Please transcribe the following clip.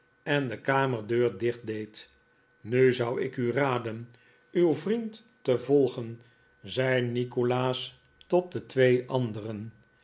en de kamerdeur dicht deed nfu zou ik u raden uw vriend te volgen zei nikolaas tot de twee anderen